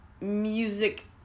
music